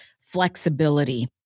flexibility